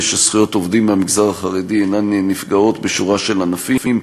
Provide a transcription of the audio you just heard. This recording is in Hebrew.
שזכויות עובדים מהמגזר החרדי אינן נפגעות בשורה של ענפים,